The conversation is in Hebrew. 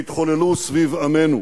שהתחוללו סביב עמנו.